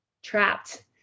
trapped